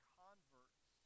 converts